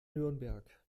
nürnberg